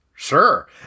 Sure